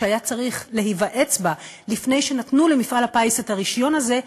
שהיה צריך להיוועץ בה לפני שנתנו למפעל הפיס את הרישיון הזה,